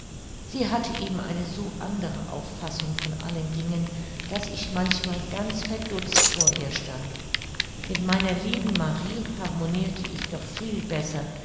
sie hatte eben eine so andere auffassung von allen dingen daß ich manchmal ganz verdutzt vor ihr stand mit meiner lieben marie harmonirte ich doch viel besser